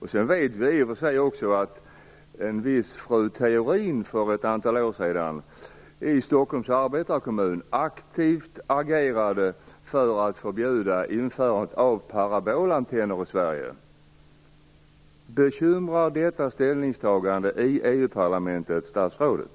Vi vet också att en viss fru Theorin för ett antal år sedan aktivt agerade i Stockholms Arbetarekommun för att förbjuda införandet av parabolantenner i Sverige. Bekymrar ställningstagandet i EU-parlamentet statsrådet?